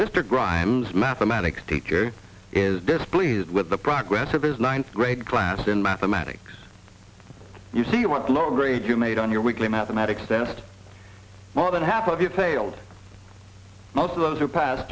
mr grimes mathematics teacher is displeased with the progress of his ninth grade class in mathematics you see what low grade you made on your weekly mathematics test more than half of you failed most of those who passed